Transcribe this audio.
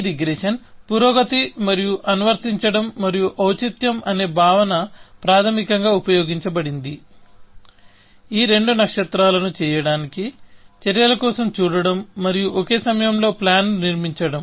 ఈరిగ్రెషన్ పురోగతి మరియు అనువర్తించడం మరియు ఔచిత్యం అనే భావన ప్రాథమికంగా ఉపయోగించబడింది ఈ రెండు నక్షత్రాలను చేయడానికి చర్యల కోసం చూడటం మరియు ఒకే సమయంలో ప్లాన్ ను నిర్మించడం